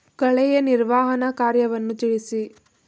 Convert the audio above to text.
ಕಳೆಯ ನಿರ್ವಹಣಾ ಕಾರ್ಯವನ್ನು ತಿಳಿಸಿ?